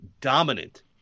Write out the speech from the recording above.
dominant